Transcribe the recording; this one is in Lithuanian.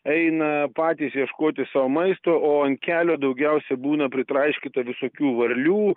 eina patys ieškoti sau maisto o ant kelio daugiausia būna pritraiškyta visokių varlių